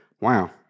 Wow